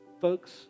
Folks